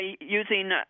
using